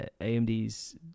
amd's